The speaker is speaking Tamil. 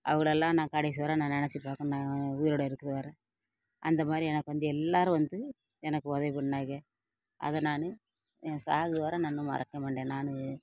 அவகளல்லாம் நான் கடைசி வர நான் நினச்சி பார்க்கணும் நான் உயிரோடய இருக்கிற வர அந்த மாதிரி எனக்கு வந்து எல்லோரும் வந்து உதவி பண்ணுனாய்க அதை நான் சாகிற வர மறக்கவே மாட்டேன் நான்